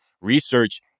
research